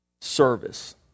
service